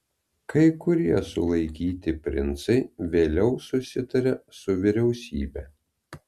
kai kurie sulaikyti princai vėliau susitarė su vyriausybe